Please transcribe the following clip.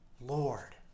Lord